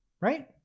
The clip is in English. Right